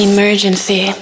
Emergency